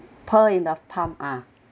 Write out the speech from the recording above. pearl in the palm ah